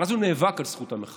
אבל אז הוא נאבק על זכות המחאה.